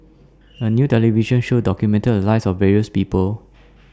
A New television Show documented The Lives of various People